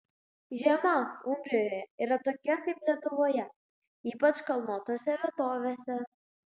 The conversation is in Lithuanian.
žiema umbrijoje yra tokia kaip ir lietuvoje ypač kalnuotose vietovėse